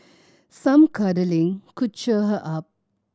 some cuddling could cheer her up